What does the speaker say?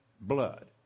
blood